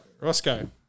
Roscoe